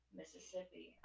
Mississippi